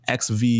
XV